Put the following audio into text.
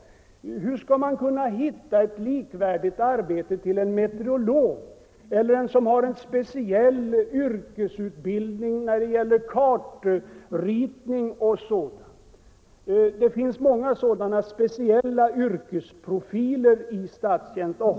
Hur skall man kunna hitta ett likvärdigt arbete till en meteorolog eller till en som har speciell yrkesutbildning när det gäller kartritning etc.? Det finns många sådana speciella yrkesprofiler i statstjänst.